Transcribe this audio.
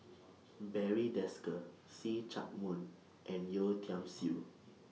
Barry Desker See Chak Mun and Yeo Tiam Siew